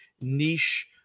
niche